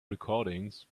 recordings